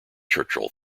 churchill